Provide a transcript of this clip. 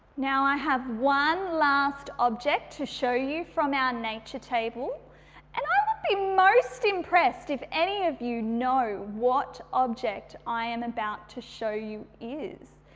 now, i have one last object to show you from our nature table and i would be most impressed if any of you know what object i am about to show you is.